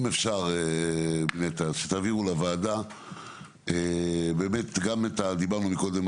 אם אפשר שתעבירו לוועדה גם את מה שדיברנו קודם,